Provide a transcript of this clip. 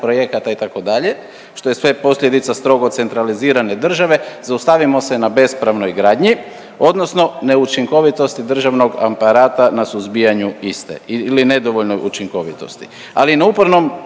projekata itd. što je sve posljedica strogo centralizirane države zaustavimo se na bespravnoj gradnji, odnosno neučinkovitosti državnog aparata na suzbijanju iste ili nedovoljnoj učinkovitosti. Ali na upornom